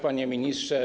Panie Ministrze!